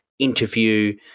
interview